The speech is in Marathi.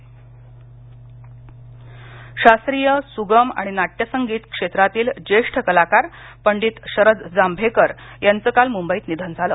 जांभेकर निधन शास्त्रीय सुगम आणि नाट्यसंगीत क्षेत्रातील ज्येष्ठ कलाकार पंडित शरद जाभेकर यांच काल मुंबईत निधन झालं